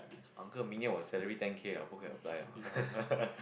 uncle 明年我: ming nian wo salary ten K liao 不可以: bu ke yi apply liao